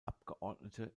abgeordnete